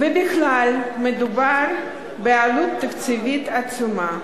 ובכלל, מדובר בעלות תקציבית עצומה.